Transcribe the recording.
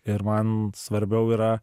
ir man svarbiau yra